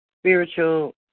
spiritual